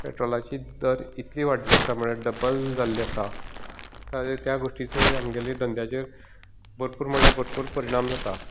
पेट्रोलाची दर इतली वाडिल्ली आसा म्हटल्यार डब्बल जाल्ली आसा त्या गोश्टीचो आमगेल्या धंद्याचेर भरपूर म्हटल्यार भरपूर परिणाम जाता